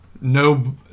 no